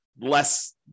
less